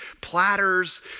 platters